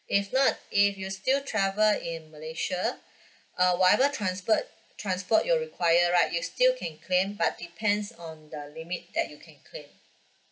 if not if you still travel in malaysia uh whatever transpo~ transport you're require right you still can claim but it depends on the limit that you can claim